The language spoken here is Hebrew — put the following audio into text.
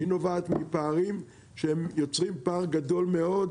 היא נובעת מפערים שהם יוצרים פער גדול מאוד,